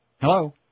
Hello